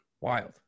Wild